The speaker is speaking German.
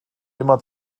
immer